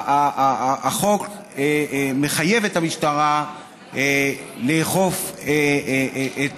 החוק מחייב את המשטרה לאכוף את